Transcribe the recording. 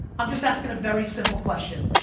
i'm just asking a very simple question.